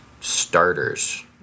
starters